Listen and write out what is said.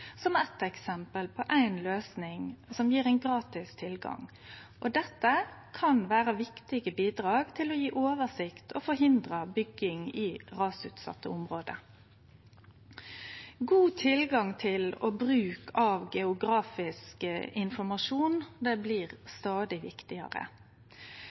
gratis tilgang. Dette kan vere viktige bidrag til å gje oversikt og forhindre bygging i rasutsette område. God tilgang til og bruk av geografisk informasjon blir